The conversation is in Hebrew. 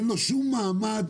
אין לו שום מעמד.